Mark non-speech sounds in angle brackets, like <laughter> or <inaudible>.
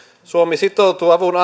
suomi sitoutuu avun <unintelligible>